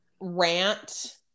rant